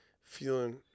Feeling